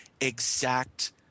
exact